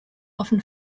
often